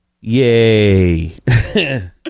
Yay